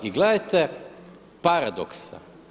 I gledajte paradoksa.